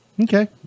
Okay